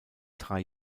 drei